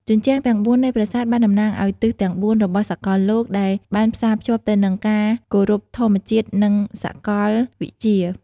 ជញ្ជាំងទាំងបួននៃប្រាសាទបានតំណាងឲ្យទិសទាំងបួនរបស់សកលលោកដែលបានផ្សារភ្ជាប់ទៅនឹងការគោរពធម្មជាតិនិងសកលវិទ្យា។